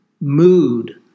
mood